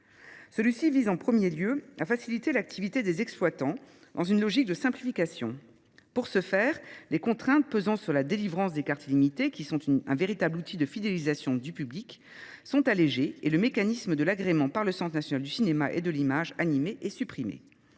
Celui ci vise en premier lieu à faciliter l’activité des exploitants, dans une logique de simplification. Pour ce faire, les contraintes pesant sur la délivrance des cartes illimitées, qui constituent un véritable outil de fidélisation du public, sont allégées, et le mécanisme d’agrément par le CNC est supprimé.